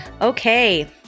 Okay